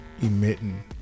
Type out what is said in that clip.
emitting